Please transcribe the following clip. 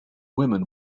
women